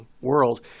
world